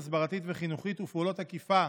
הסברתית וחינוכית ופעולות אכיפה